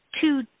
two